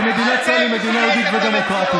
שמדינת ישראל היא מדינה יהודית ודמוקרטית.